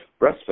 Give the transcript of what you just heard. breastfed